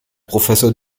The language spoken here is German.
professor